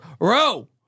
Row